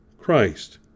Christ